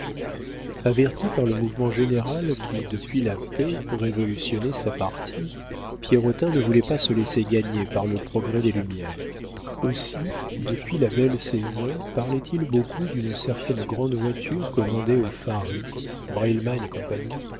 averti par le mouvement général qui depuis la paix révolutionnait sa partie pierrotin ne voulait pas se laisser gagner par le progrès des lumières aussi depuis la belle saison parlait-il beaucoup d'une certaine grande voiture commandée aux farry breilmann et compagnie